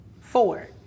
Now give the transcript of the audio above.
Four